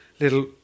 little